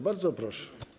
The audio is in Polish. Bardzo proszę.